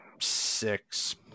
six